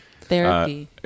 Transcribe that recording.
Therapy